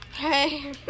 Hey